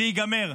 זה ייגמר,